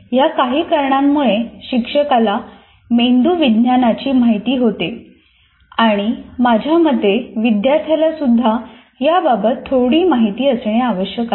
या काही कारणांमुळे शिक्षकाला मेंदू विज्ञानाची ची माहिती पाहिजे आणि माझ्यामते विद्यार्थ्याला सुद्धा याबाबत थोडी माहिती असणे आवश्यक आहे